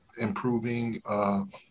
improving